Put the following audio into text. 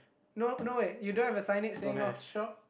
no no way you don't have a signage saying North Shore